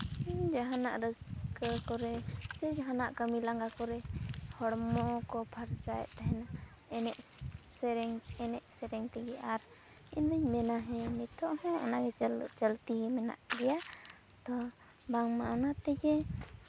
ᱡᱟᱦᱟᱱᱟᱜ ᱨᱟᱹᱥᱠᱟᱹ ᱠᱚᱨᱮ ᱥᱮ ᱡᱟᱦᱟᱱᱟᱜ ᱠᱟᱹᱢᱤ ᱞᱟᱝᱜᱟ ᱠᱚᱨᱮ ᱦᱚᱲᱢᱚ ᱠᱚ ᱯᱷᱟᱨᱪᱟᱭᱮᱫ ᱛᱟᱦᱮᱱᱟ ᱮᱱᱮᱡ ᱥᱮᱨᱮᱧ ᱮᱱᱮᱡ ᱥᱮᱨᱮᱧ ᱛᱮᱜᱮ ᱟᱨ ᱤᱧᱫᱩᱧ ᱢᱮᱱᱟ ᱦᱮᱸ ᱱᱤᱛᱚᱜ ᱦᱚᱸ ᱚᱱᱟᱜᱮ ᱪᱚᱞᱛᱤ ᱢᱮᱱᱟᱜ ᱜᱮᱭᱟ ᱛᱚ ᱵᱟᱝᱢᱟ ᱚᱱᱟ ᱛᱮᱜᱮ